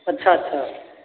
अच्छा अच्छा